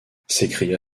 s’écria